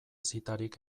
zitarik